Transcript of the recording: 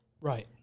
Right